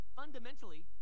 fundamentally